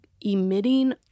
emitting